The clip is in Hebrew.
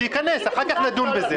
שייכנס, אחר כך נדון בזה.